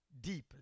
deeply